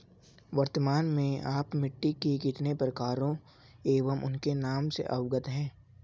वर्तमान में आप मिट्टी के कितने प्रकारों एवं उनके नाम से अवगत हैं?